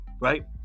right